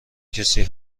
کسی